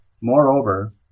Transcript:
Moreover